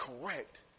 correct